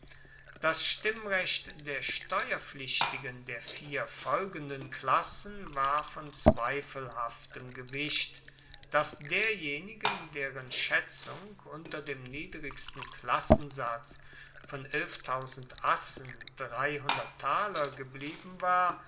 das stimmrecht der steuerpflichtigen der vier folgenden klassen war von zweifelhaftem gewicht das derjenigen deren schaetzung unter dem niedrigsten klassensatz von assen geblieben war